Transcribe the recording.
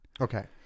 Okay